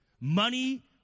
Money